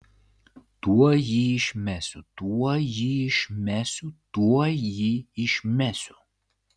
tuoj jį išmesiu tuoj jį išmesiu tuoj jį išmesiu